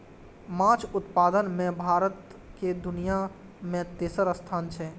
माछ उत्पादन मे भारत के दुनिया मे तेसर स्थान छै